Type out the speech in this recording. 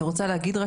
אני רוצה רק להגיד,